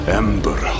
ember